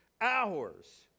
hours